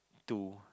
to